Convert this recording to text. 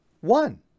one